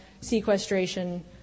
sequestration